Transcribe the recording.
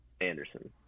anderson